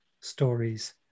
stories